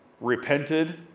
repented